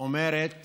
אומרת